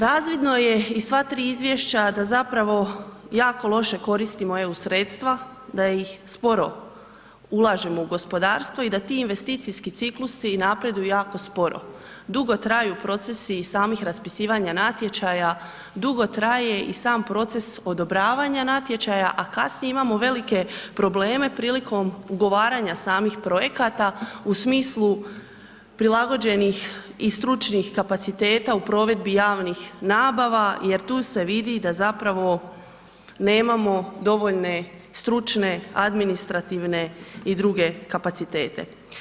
Razvidno je iz sva 3 izvješća da zapravo jako loše koristimo EU sredstava, da ih sporo ulažemo u gospodarstvo i da ti investicijski ciklusi napreduju jako sporo, dugo traju procesi i samih raspisivanja natječaja, dugo traje i sam proces odobravanja natječaja, a kasnije imamo velike probleme prilikom ugovaranja samih projekata u smislu prilagođenih i stručnih kapaciteta u provedbi javnih nabava jer tu se vidi da zapravo nemamo dovoljne stručne administrativne i druge kapacitete.